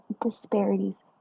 disparities